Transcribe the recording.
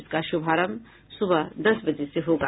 इसका शुभारंभ सुबह दस बजे से होगा